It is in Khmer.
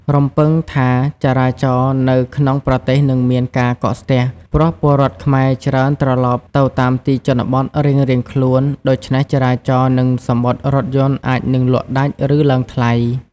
រំពឹងថាចរាចរណ៍នៅក្នុងប្រទេសនឹងមានការកកស្ទះ ព្រោះពលរដ្ឋខ្មែរច្រើនត្រឡប់ទៅតាមទីជនបទរៀងៗខ្លួន ដូច្នេះចរាចរណ៍ និងសំបុត្ររថយន្តអាចនឹងលក់ដាច់ ឬ ឡើងថ្លៃ។